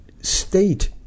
state